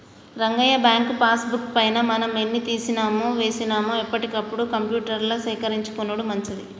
Rangayya bank pass book పైన మనం ఎన్ని తీసినామో వేసినాము ఎప్పటికప్పుడు కంప్యూటర్ల సేకరించుకొనుడు మంచిది